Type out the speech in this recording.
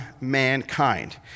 mankind